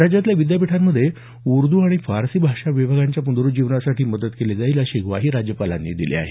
राज्यातल्या विद्यापीठांमध्ये उर्द आणि फारसी भाषा विभागांच्या प्नरुज्जीवनासाठी मदत केली जाईल अशी ग्वाही राज्यपालांनी दिली आहे